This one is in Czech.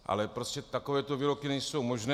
Ale prostě takovéto výroky nejsou možné.